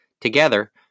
together